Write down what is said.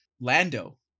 lando